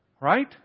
Right